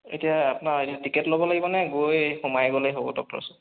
এতিয়া আপোনাৰ এনে টিকট ল'ব লাগিবনে গৈ সোমাই গ'লেই হ'ব ডক্টৰৰ ওচৰত